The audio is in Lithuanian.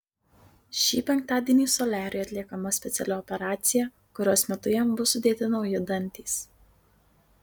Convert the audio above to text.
šį penktadienį soliariui atliekama speciali operacija kurios metu jam bus sudėti nauji dantys